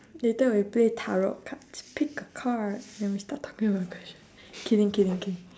later we play tarot cards pick a card and we should start talking about the question kidding kidding kidding